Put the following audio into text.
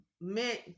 meant